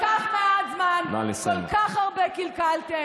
בכל כך מעט זמן כל כך הרבה קלקלתם.